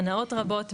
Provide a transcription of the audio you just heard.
הנאות רבות,